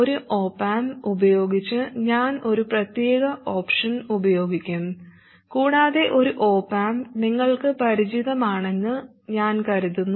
ഒരു op amp ഉപയോഗിച്ച് ഞാൻ ഒരു പ്രത്യേക ഓപ്ഷൻ ഉപയോഗിക്കും കൂടാതെ ഒരു ഓപ് ആമ്പ് നിങ്ങൾക്ക് പരിചിതമാണെന്ന് ഞാൻ കരുതുന്നു